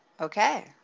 Okay